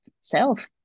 self